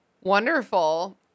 Wonderful